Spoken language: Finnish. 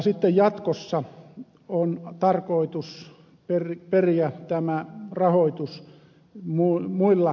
sitten jatkossa on tarkoitus periä tämä rahoitus muilla veroilla